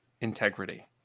integrity